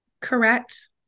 correct